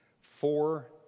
four